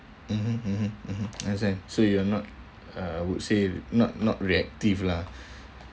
mmhmm mmhmm mmhmm understand so you're not I would say not not reactive lah